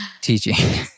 teaching